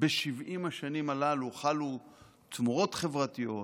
ב-70 השנים הללו חלו תמורות חברתיות,